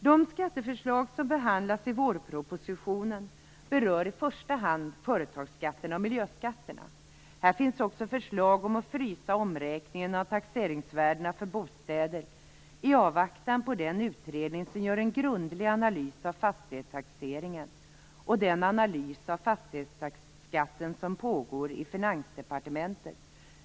De skatteförslag som behandlas i vårpropositionen berör i första hand företagsskatterna och miljöskatterna. Här finns också förslag om att frysa omräkningen av taxeringsvärdena för bostäder i avvaktan på den utredning som gör en grundlig analys av fastighetstaxeringen och den analys av fastighetsskatten som pågår i Finansdepartementet.